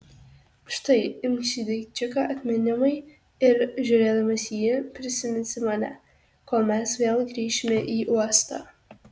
štai imk šį daikčiuką atminimui ir žiūrėdamas į jį prisiminsi mane kol mes vėl grįšime į uostą